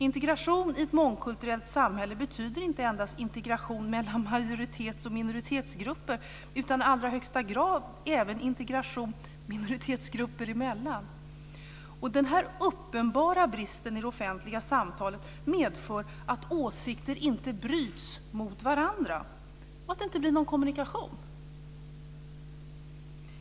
Integration i ett mångkulturellt samhälle betyder inte endast integration mellan majoritets och minoritetsgrupper utan i allra högsta grad även integration minoritetsgrupper emellan. Denna uppenbara brist i det offentliga samtalet medför att åsikter inte bryts mot varandra och att det inte blir någon kommunikation.